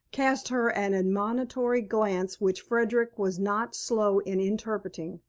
cast her an admonitory glance which frederick was not slow in interpreting,